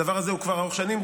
הדבר הזה הוא כבר ארוך שנים,